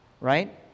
right